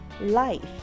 life